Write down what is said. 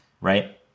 Right